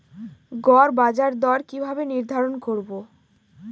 গড় বাজার দর কিভাবে নির্ধারণ করব?